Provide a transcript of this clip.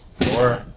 Four